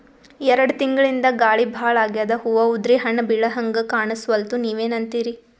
ಎರೆಡ್ ತಿಂಗಳಿಂದ ಗಾಳಿ ಭಾಳ ಆಗ್ಯಾದ, ಹೂವ ಉದ್ರಿ ಹಣ್ಣ ಬೆಳಿಹಂಗ ಕಾಣಸ್ವಲ್ತು, ನೀವೆನಂತಿರಿ?